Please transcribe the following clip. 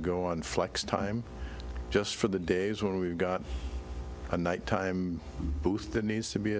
go on flex time just for the days when we've got a night time booth that needs to be